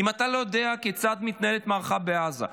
אם אתה לא יודע כיצד מתנהלת המערכה בעזה,